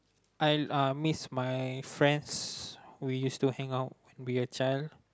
I'll miss my friends we used to hang out when we were child